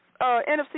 NFC